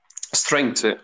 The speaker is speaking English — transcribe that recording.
strength